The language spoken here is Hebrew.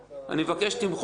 אני מבקש שתמחוק את זה.